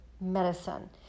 medicine